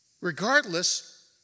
Regardless